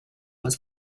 was